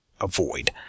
avoid